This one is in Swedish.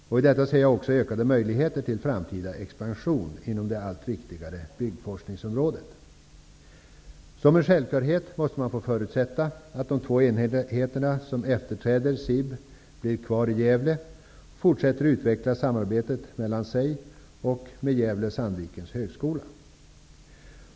Genom detta ser jag också ökade möjligheter till framtida expansion inom det allt viktigare byggforskningsområdet. Som en självklarhet måste man kunna förutsätta att de två enheterna som efterträder SIB blir kvar i Gävle och att de fortsätter att utveckla samarbetet mellan sig och med Gävle/Sandvikens högskola.